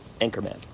Anchorman